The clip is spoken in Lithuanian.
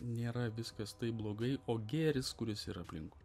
nėra viskas taip blogai o gėris kuris yra aplinkui